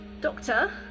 Doctor